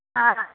ஆ